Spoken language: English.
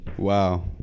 Wow